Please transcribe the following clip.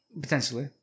Potentially